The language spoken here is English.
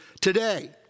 today